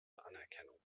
anerkennung